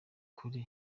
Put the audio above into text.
kuri